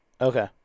Okay